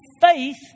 faith